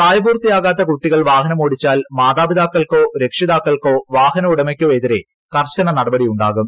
പ്രായപൂർത്തിയാകാത്ത കുട്ടികൾ വാഹനം ഓടിച്ചാൽ മാതാപിതാക്കൾക്കോ രക്ഷിതാക്കൾക്കോ വാഹന ഉടമയ്ക്കോ എതിരെ കർശന നടപടിയുണ്ടാകും